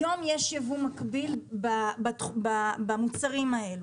היום יש יבוא מקביל במוצרים האלה.